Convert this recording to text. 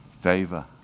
Favor